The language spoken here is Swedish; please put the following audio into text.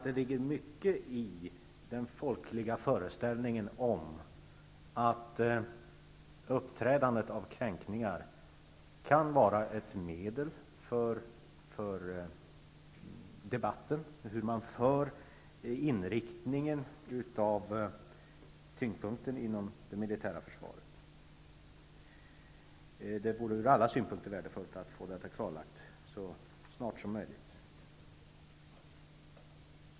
Det ligger nog mycket i den folkliga föreställningen om att uppträdandet av kränkningar kan vara ett medel för debatten när det gäller tyngdpunkten inom det militära försvaret. Det vore ur alla synpunkter värdefullt att få detta klarlagt så snart som möjligt.